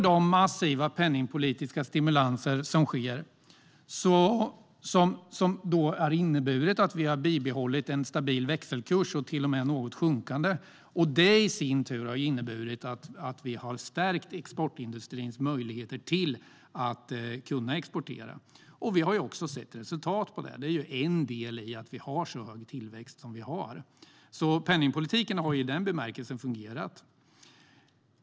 De massiva penningpolitiska stimulanser som sker har inneburit att vi har bibehållit en stabil och till och med något sjunkande växelkurs, och detta har i sin tur inneburit att vi har stärkt exportindustrins möjligheter att exportera. Vi har också sett resultatet av detta. Det är en del i att vi har så hög tillväxt som vi har, så i den bemärkelsen har penningpolitiken fungerat.